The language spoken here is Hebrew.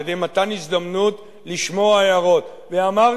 על-ידי מתן הזדמנות לשמוע הערות, ואמרתי,